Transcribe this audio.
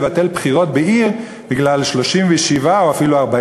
לבטל בחירות בעיר בגלל 37 או אפילו 40